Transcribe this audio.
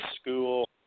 School